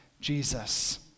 Jesus